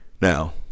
Now